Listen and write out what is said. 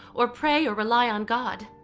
or pray or rely on god.